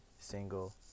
single